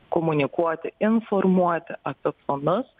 komunikuoti informuoti apie planus